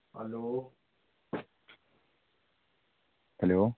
hello